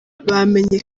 bamenye